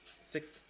six